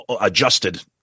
adjusted